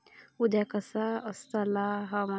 उद्या कसा आसतला हवामान?